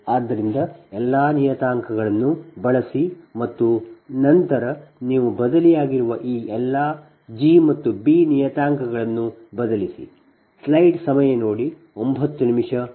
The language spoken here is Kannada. ಆದ್ದರಿಂದ ಎಲ್ಲಾ ನಿಯತಾಂಕಗಳನ್ನು ಬಳಸಿ ಮತ್ತು ನಂತರ ನೀವು ಬದಲಿಯಾಗಿರುವ ಈ ಎಲ್ಲಾ G ಮತ್ತು B ನಿಯತಾಂಕಗಳನ್ನು ಬದಲಿಸಿ